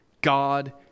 God